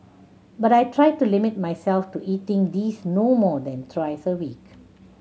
but I try to limit myself to eating these no more than thrice a week